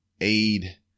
aid